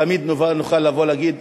תמיד נוכל לבוא ולהגיד,